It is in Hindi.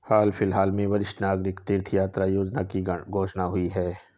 हाल फिलहाल में वरिष्ठ नागरिक तीर्थ यात्रा योजना की घोषणा हुई है